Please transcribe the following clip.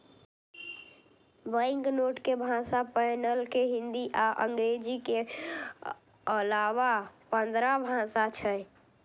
banknote के भाषा panel मे हिंदी आ अंग्रेजी के अलाना पंद्रह भाषा छै